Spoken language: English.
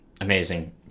Amazing